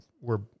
were-